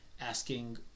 asking